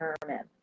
determine